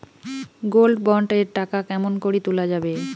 Gold bond এর টাকা কেমন করি তুলা যাবে?